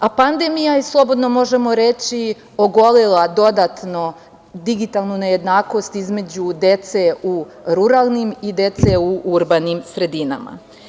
Pandemija je, slobodno možemo reći, ogolila dodatno digitalnu nejednakost između dece u ruralnim i dece u urbanim sredinama.